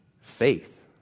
faith